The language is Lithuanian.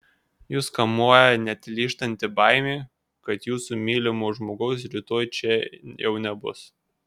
jus kamuoja neatlyžtanti baimė kad jūsų mylimo žmogaus rytoj čia jau nebus